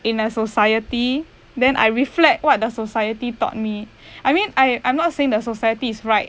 in our society then I reflect what the society taught me I mean I I'm not saying the society is right